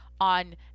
on